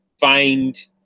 find